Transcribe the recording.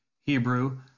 Hebrew